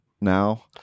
now